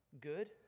good